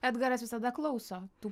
edgaras visada klauso tų